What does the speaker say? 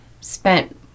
spent